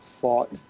fought